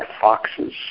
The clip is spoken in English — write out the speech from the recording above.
foxes